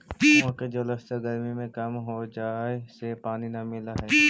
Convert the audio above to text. कुआँ के जलस्तर गरमी में कम हो जाए से पानी न मिलऽ हई